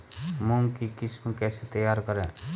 मूंग की किस्म कैसे तैयार करें?